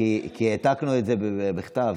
העתקנו את זה בכתב.